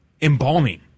embalming